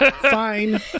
Fine